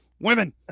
Women